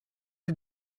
did